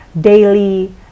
daily